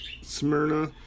Smyrna